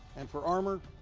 and for armor,